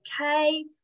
Okay